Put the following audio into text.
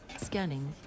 Scanning